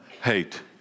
hate